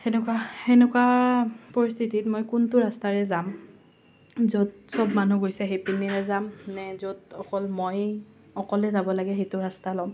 সেনেকুৱা সেনেকুৱা পৰিস্থিতিত মই কোনটো ৰাস্তাৰে যাম য'ত সব মানুহ গৈছে সেইপিনে যাম নে য'ত অকল মই অকলে যাব লাগে সেইটো ৰাস্তা ল'ম